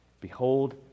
Behold